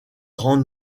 grand